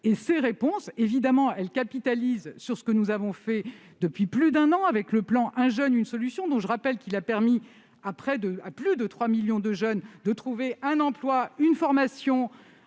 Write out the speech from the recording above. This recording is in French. Ces réponses, à l'évidence, capitalisent sur ce que nous faisons depuis plus d'un an, avec notamment le plan « 1 jeune, 1 solution », dont je rappelle qu'il a permis à plus de 3 millions de jeunes de trouver un emploi, une formation,